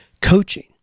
coaching